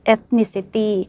Ethnicity